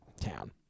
town